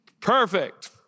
Perfect